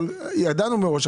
אבל ידענו מראש,